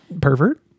pervert